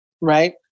Right